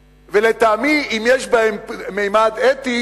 ולטעמי, אם יש בהן ממד אתי